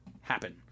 happen